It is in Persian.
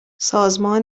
سازمان